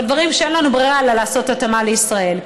או דברים שאין לנו ברירה אלא לעשות התאמה לישראל,